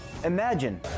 Imagine